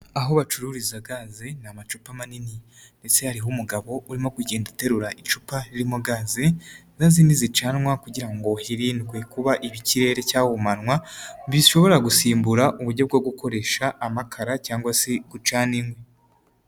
Aho bacururiza gaze ni amacupa manini ndetse hariho umugabo urimo kugenda aterura icupa ririmo gazi, zazindi zicanwa kugira ngo hirindwe kuba ikirere cyahumanywa, bishobora gusimbura uburyo bwo gukoresha amakara cyangwa se gucana inkwi.